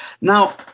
now